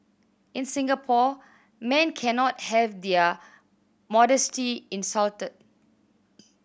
in Singapore men cannot have their modesty insulted